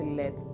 let